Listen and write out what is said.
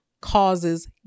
causes